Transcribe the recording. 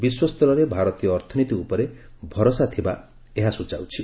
ବିଶ୍ୱସ୍ତରରେ ଭାରତୀୟ ଅର୍ଥନୀତି ଉପରେ ଭରସା ଥିବା ଏହା ସ୍ଟଚାଉଛି